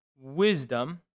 wisdom